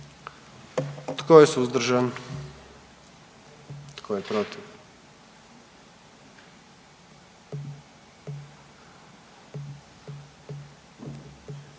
Tko je suzdržan? Tko je protiv?